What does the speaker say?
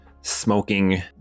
smoking